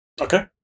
Okay